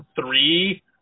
three